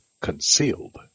concealed